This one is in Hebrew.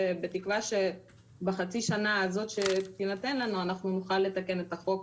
בתקווה שבחצי שנה הזאת שתינתן לנו אנחנו נוכל לתקן את החוק.